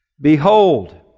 Behold